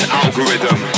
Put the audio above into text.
algorithm